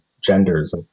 genders